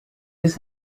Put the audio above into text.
his